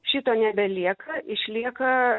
šito nebelieka išlieka